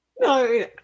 No